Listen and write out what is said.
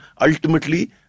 ultimately